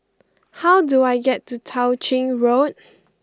how do I get to Tao Ching Road